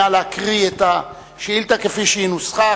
נא לקרוא את השאילתא כפי שהיא נוסחה.